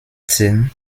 zehn